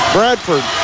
Bradford